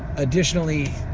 additionally,